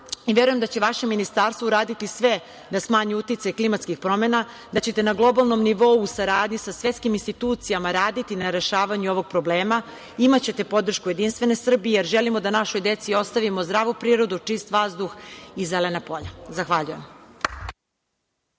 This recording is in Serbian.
i verujem da će vaše ministarstvo uraditi sve da smanji uticaj klimatskih promena, da ćete na globalnom nivou, u saradnji sa svetskim institucijama, raditi na rešavanju ovog problema. Imaćete podršku Jedinstvene Srbije, jer želimo da našoj deci ostavimo zdravu prirodu, čist vazduh i zelena polja. Zahvaljujem.